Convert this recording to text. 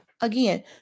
again